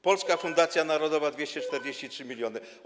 Polska Fundacja Narodowa - 243 mln zł.